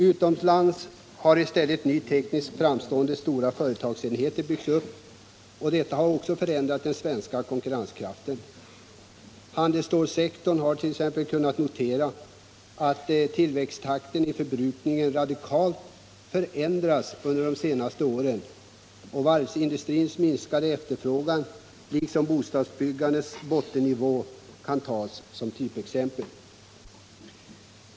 Utomlands har i stället nya, tekniskt framstående, stora företagsenheter byggts upp, och detta har också förändrat den svenska konkurrenskraften. Handelsstålsektorn har t.ex. kunnat notera att tillväxttakten i förbrukningen radikalt har förändrats under de senaste åren. Varvsindustrins minskade efterfrågan och bostadsbyggandets bottennivå kan tas som typexempel.